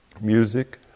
music